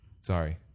sorry